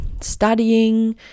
studying